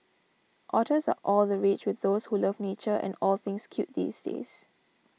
otters are all the rage with those who love nature and all things cute these days